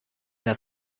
das